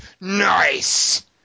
nice